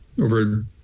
over